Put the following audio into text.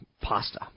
pasta